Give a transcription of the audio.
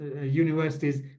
universities